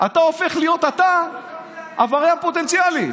אתה הופך להיות עבריין פוטנציאלי.